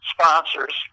sponsors